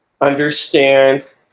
understand